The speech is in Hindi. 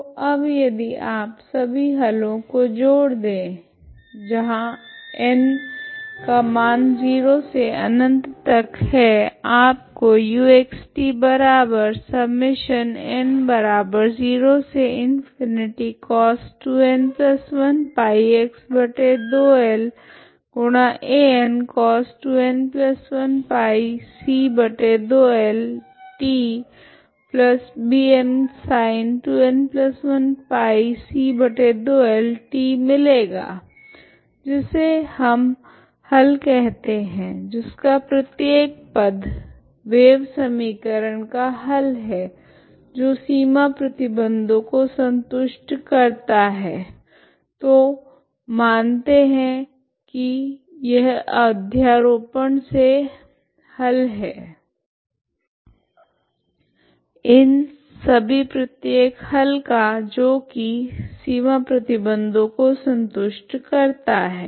तो अब यदि आप सभी हलों को जोड़ दे जहां n का मान 0 से अनंत तक है आपको मिलेगा जिसे हम हल कहते है जिसका प्रत्येक पद वेव समीकरण का हल है जो सीमा प्रतिबंधों को संतुष्ट करता है तो मानते है की यह अध्यारोपण से हल है इन सभी प्रत्येक हल का जो की सीमा प्रतिबंधों को संतुष्ट करता है